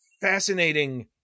fascinating